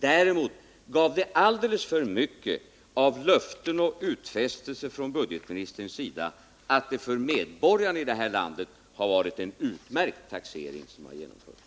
Däremot gav det alldeles för mycket av löften och utfästelser från budgetministerns sida om att det för medborgarna i landet har varit en utmärkt taxering som genomförts.